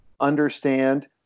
understand